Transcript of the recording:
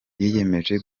yiyemeje